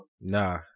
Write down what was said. Nah